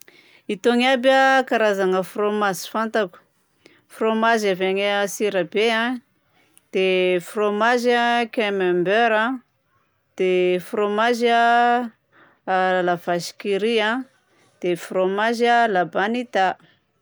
Itony aby a karazagna frômazy fantako: fômazy avy agny Antsirabe, dia frômazy camembert a, dia fômazy a la vache qui rit a, dia frômazy a labanita.